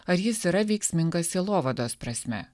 ar jis yra veiksminga sielovados prasme